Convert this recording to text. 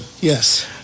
Yes